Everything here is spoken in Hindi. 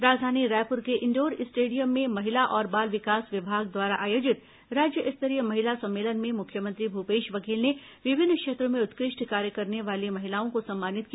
राजधानी रायपुर के इंडोर स्टेडियम में महिला और बाल विकास विभाग द्वारा आयोजित राज्य स्तरीय महिला सम्मेलन में मुख्यमंत्री भूपेश बघेल ने विभिन्न क्षेत्रों में उत्कृष्ट कार्य करने वाली महिलाओं को सम्मानित किया